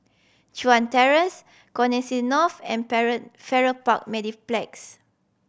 Chuan Terrace Connexis North and Farrer Park Mediplex